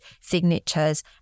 signatures